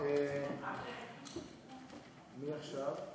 מי עכשיו?